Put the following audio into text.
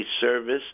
service